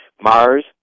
Mars